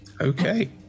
Okay